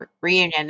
reunion